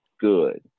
good